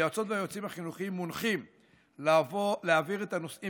היועצות והיועצים החינוכיים מונחים להעביר את הנושאים